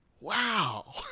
wow